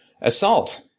Assault